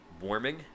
warming